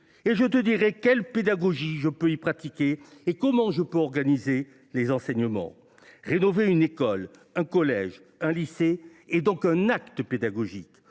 et je te dirai quelle pédagogie je peux y pratiquer et comment organiser les enseignements. » Rénover une école, un collège ou un lycée est un acte pédagogique